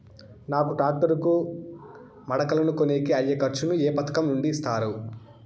నాకు టాక్టర్ కు మడకలను కొనేకి అయ్యే ఖర్చు ను ఏ పథకం నుండి ఇస్తారు?